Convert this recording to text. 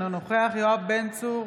אינו נוכח יואב בן צור,